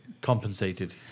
Compensated